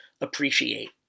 appreciate